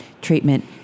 treatment